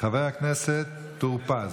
חבר הכנסת משה טור פז.